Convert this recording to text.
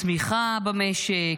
צמיחה במשק,